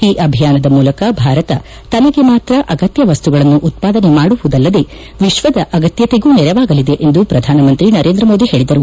ಈ ಅಭಿಯಾನದ ಮೂಲಕ ಭಾರತ ತನಗೆ ಮಾತ್ರ ಅಗತ್ಯ ವಸ್ತುಗಳನ್ನು ಉತ್ಪಾದನೆ ಮಾಡುವುದಲ್ಲದೇ ವಿಶ್ವದ ಅಗತ್ಯತೆಗೂ ನೆರವಾಗಲಿದೆ ಎಂದು ಪ್ರಧಾನಮಂತ್ರಿ ನರೇಂದ್ರಮೋದಿ ಹೇಳಿದರು